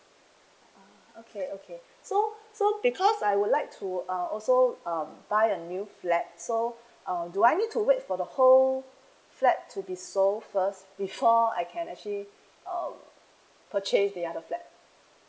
okay okay so so because I would like to uh also uh buy a new flat so um do I need to wait for the whole flat to be sold first before I can actually uh purchase the other flat